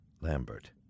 Lambert